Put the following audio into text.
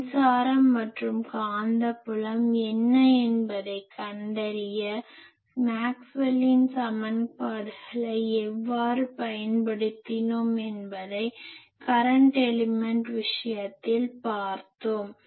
மின்சாரம் மற்றும் காந்தப்புலம் என்ன என்பதைக் கண்டறிய மேக்ஸ்வெல்லின் சமன்பாடுகளை எவ்வாறு பயன்படுத்தினோம் என்பதை கரன்ட் எலிமென்ட் விஷயத்தில் பார்த்தோம்